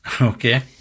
okay